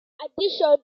addition